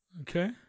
Okay